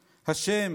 ה'